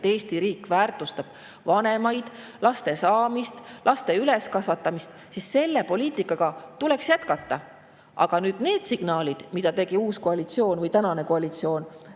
et Eesti riik väärtustab vanemaid, laste saamist, laste üleskasvatamist, siis selle poliitikaga tuleks jätkata. Aga need signaalid, mille [andis] uus koalitsioon, praegune koalitsioon